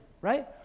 right